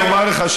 אני אומר לך,